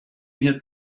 une